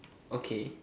okay